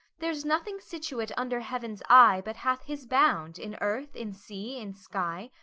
there's nothing situate under heaven's eye but hath his bound, in earth, in sea, in sky.